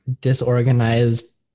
disorganized